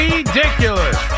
Ridiculous